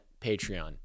patreon